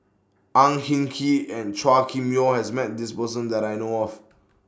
Ang Hin Kee and Chua Kim Yeow has Met This Person that I know of